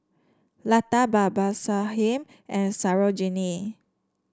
Lata Babasaheb and Sarojini